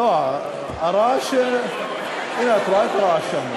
לא, הנה, את רואה את הרעש.